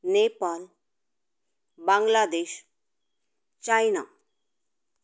Nepal Bangladesh China